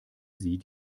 sie